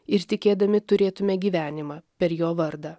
ir tikėdami turėtume gyvenimą per jo vardą